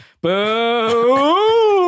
Boo